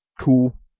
cool